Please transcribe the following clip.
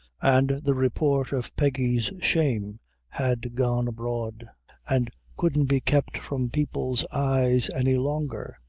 and the report of peggy's shame had gone abroad and couldn't be kept from people's eyes any longer.